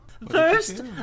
First